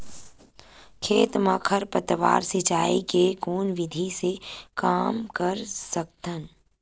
खेत म खरपतवार सिंचाई के कोन विधि से कम कर सकथन?